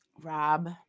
Rob